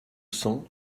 cents